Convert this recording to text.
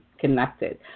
connected